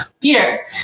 Peter